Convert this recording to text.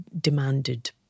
demanded